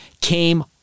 came